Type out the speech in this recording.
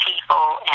people